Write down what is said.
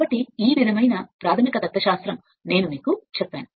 కాబట్టి ఈ విధమైన ప్రాథమిక తత్వశాస్త్రం నేను మీకు చెప్పాను